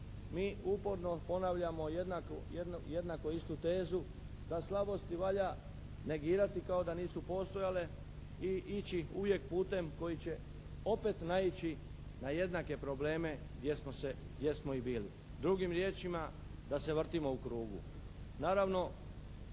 mi uporno ponavljamo jednako istu tezu da slabosti valja negirati kao da nisu postojale i ići uvijek putem koji će opet naići na jednake probleme gdje smo se, gdje smo i bili. Drugim riječima da se vrtimo u krugu.